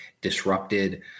disrupted